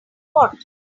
what